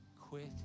Quit